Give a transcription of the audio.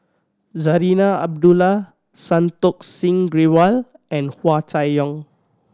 Zarinah Abdullah Santokh Singh Grewal and Hua Chai Yong